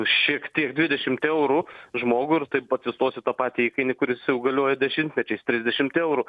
šiek tiek dvidešimt eurų žmogui ir taip atsistos į tą patį įkainį kuris jau galioja dešimtmečiais trisdešimt eurų